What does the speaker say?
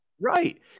Right